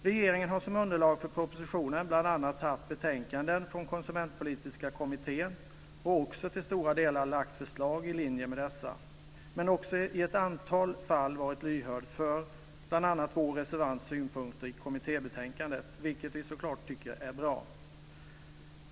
Regeringen har som underlag för propositionen bl.a. haft betänkanden från konsumentpolitiska kommittén och också till stora delar lagt fram förslag i linje med dessa, men också i ett antal fall varit lyhörd för bl.a. vår reservants synpunkter i kommittébetänkandet, vilket vi så klart tycker är bra.